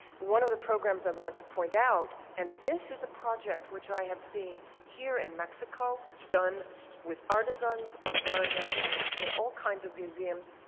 one of the programs i wanted to point out and this is a project which i have seen here in mexico done with artisans and done in all kinds of museums,